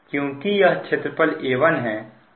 क्योंकि यह क्षेत्रफल A1 है